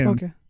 Okay